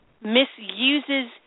misuses